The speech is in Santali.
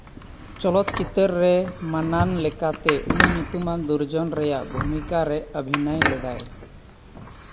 ᱪᱚᱞᱚᱛ ᱪᱤᱛᱟᱹ ᱨᱮ ᱢᱟᱱᱟᱱ ᱞᱮᱠᱟᱛᱮ ᱩᱱᱤ ᱧᱩᱛᱩᱢᱟᱱ ᱫᱩᱨᱡᱳᱱ ᱨᱮᱭᱟᱜ ᱵᱷᱩᱢᱤᱠᱟ ᱨᱮ ᱚᱵᱷᱤᱱᱚᱭ ᱞᱮᱫᱟᱭ